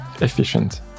efficient